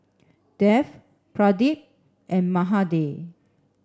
Dev Pradip and Mahade